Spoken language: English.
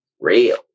Real